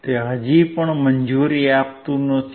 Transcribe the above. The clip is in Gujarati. તે હજી પણ મંજૂરી આપતું નથી